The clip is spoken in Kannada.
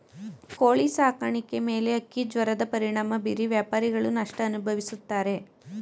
ಕೋಳಿ ಸಾಕಾಣಿಕೆ ಮೇಲೆ ಹಕ್ಕಿಜ್ವರದ ಪರಿಣಾಮ ಬೀರಿ ವ್ಯಾಪಾರಿಗಳು ನಷ್ಟ ಅನುಭವಿಸುತ್ತಾರೆ